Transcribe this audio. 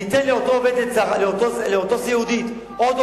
וניתן לאותה סיעודית עוד,